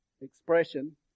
expression